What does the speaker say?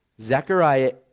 Zechariah